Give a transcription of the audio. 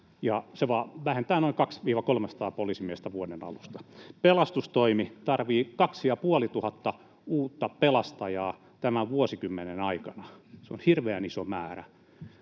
se vähentää noin 200—300 poliisimiestä vuoden alusta. Pelastustoimi tarvitsee kaksi ja puoli tuhatta uutta pelastajaa tämän vuosikymmenen aikana — se on hirveän iso määrä.